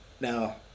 Now